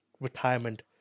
retirement